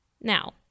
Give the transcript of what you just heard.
Now